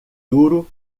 duro